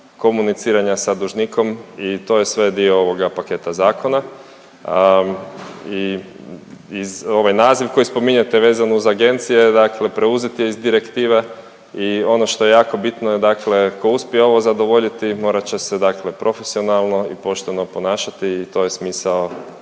komuniciranja sa dužnikom i to je sve dio ovoga paketa zakona. I ovaj naziv koji spominjete vezano uz agencije, dakle preuzet je iz direktive i ono što je jako bitno je dakle ko uspije ovo zadovoljiti morat će se dakle profesionalno i pošteno ponašati i to je smisao